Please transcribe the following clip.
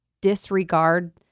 disregard